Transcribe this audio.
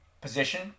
Position